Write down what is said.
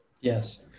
Yes